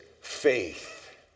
faith